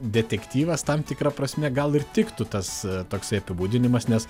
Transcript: detektyvas tam tikra prasme gal ir tiktų tas toksai apibūdinimas nes